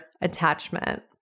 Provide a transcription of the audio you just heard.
attachment